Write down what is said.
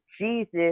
Jesus